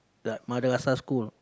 that Madrasa school